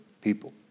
people